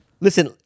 Listen